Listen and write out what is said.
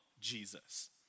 Jesus